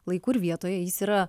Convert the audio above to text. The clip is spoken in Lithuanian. laiku vietoje jis yra